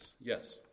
Yes